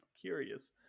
Curious